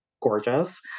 gorgeous